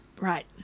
right